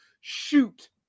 Shoot